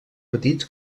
petits